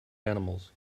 animals